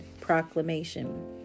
proclamation